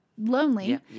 lonely